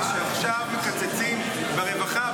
זה שעכשיו מקצצים ברווחה,